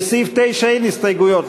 לסעיף 9 אין הסתייגויות.